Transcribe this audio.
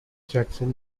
jackson